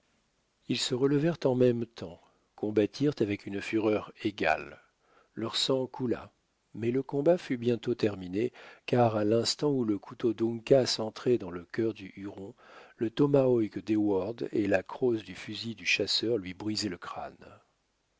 ils se relevèrent en même temps combattirent avec une fureur égale leur sang coula mais le combat fut bientôt terminé car à l'instant où le couteau d'uncas entrait dans le cœur du huron le tomahawk d'heyward et la crosse du fusil du chasseur lui brisaient le crâne